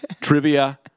trivia